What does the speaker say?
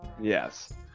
Yes